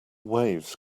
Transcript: waves